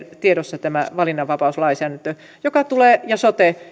tiedossa tämä valinnanvapauslainsäädäntö ja sote